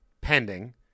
pending